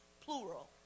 plural